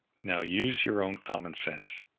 now use your own common sense.